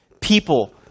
people